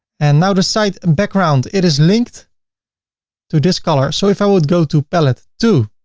and now the site and background, it is linked to this color. so if i would go to palette two,